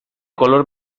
color